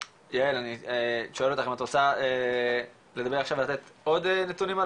יעל אני שואל אותך אם את רוצה לדבר עכשיו ולתת עוד נתונים על